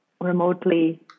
remotely